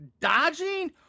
dodging